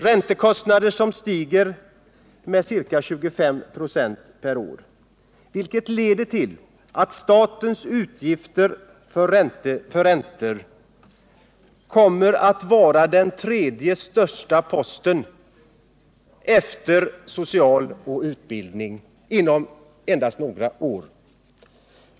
Räntekostnaderna stiger med ca 25 96 per år, vilket leder till att statens utgifter för räntor kommer att vara den tredje största posten efter den sociala sektorn och utbildningssektorn inom endast några år.